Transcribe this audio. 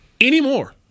anymore